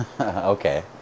Okay